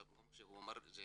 כמו שהוא אמר, זה